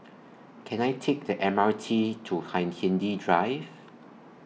Can I Take The M R T to Hindhede Drive